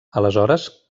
aleshores